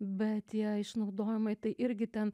bet tie išnaudojimai tai irgi ten